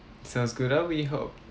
sounds good ah we hope